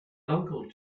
uncle